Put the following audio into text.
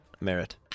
merit